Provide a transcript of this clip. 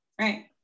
right